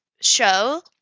show